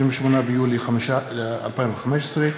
28 ביולי 2015,